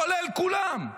כולל כולם.